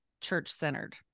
church-centered